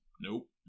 nope